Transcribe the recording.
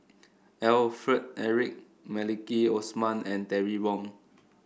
Alfred Eric Maliki Osman and Terry Wong